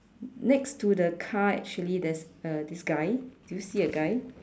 next to the car actually there's uh this guy do you see a guy